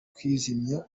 kuzimya